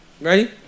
Ready